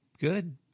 good